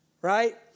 right